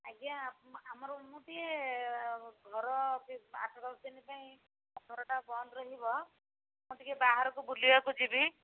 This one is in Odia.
ଆଜ୍ଞା ଆମର ମୁଁ ଟିକିଏ ଘର ଆଠ ଦଶ ଦିନ ପାଇଁ ଘରଟା ବନ୍ଦ ରହିବ ମୁଁ ଟିକିଏ ବାହାରକୁ ବୁଲିବାକୁ ଯିବି